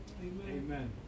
Amen